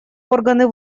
органы